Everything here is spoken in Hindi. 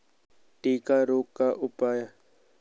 टिक्का रोग का उपाय?